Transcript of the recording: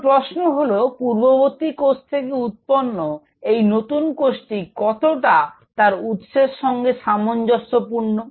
এখন প্রশ্ন হল পূর্ববর্তী কোষ থেকে উৎপন্ন এই নতুন কোষটি কতটা তার উৎসের সঙ্গে সামঞ্জস্যপূর্ণ